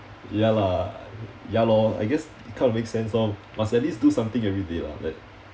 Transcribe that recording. ya lah ya lor I guess it kind of make sense lor must at least do something every day lah like